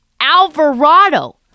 Alvarado